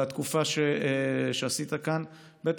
להודות לך על התקופה שעשית כאן, ב.